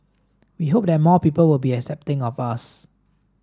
we hope that more people will be accepting of us